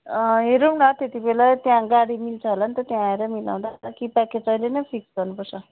हेरौँ न त्यति बेलै त्यहाँ गाडी मिल्छ होला नि त त्यहाँ आएर मिलाउँदा कि प्याकेज अहिले नै फिक्स गर्नुपर्छ